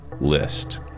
list